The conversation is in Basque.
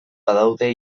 badaude